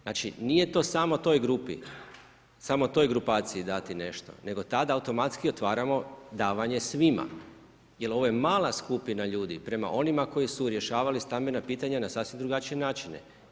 Znači nije to samo toj grupaciji dati nešto, nego tada automatski otvaramo davanje svima jer ovo je mala skupina ljudi prema onima koji su rješavali stambena pitanja na sasvim drugačije načine.